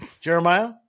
Jeremiah